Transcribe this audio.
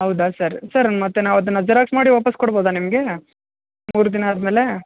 ಹೌದಾ sir sir ಮತ್ತು ನಾವು ಅದನ್ನು ಜೆರಾಕ್ಸ್ ಮಾಡಿ ವಾಪಸ್ ಕೊಡ್ಬೋದ ನಿಮ್ಗೆ ಮೂರು ದಿನ ಆದ ಮೇಲೆ